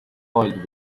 oiled